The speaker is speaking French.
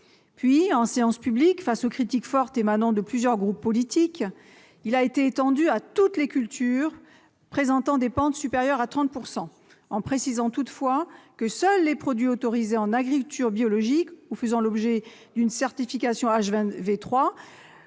30 %. En séance publique, face aux critiques fortes émanant de plusieurs groupes politiques, il a été étendu à toutes les cultures présentant des pentes supérieures à 30 %. Il y était toutefois précisé que seuls les produits autorisés en agriculture biologique ou faisant l'objet d'une certification haute